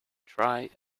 try